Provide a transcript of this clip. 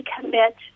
commit